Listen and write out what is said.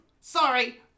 Sorry